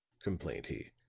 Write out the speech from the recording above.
complained he,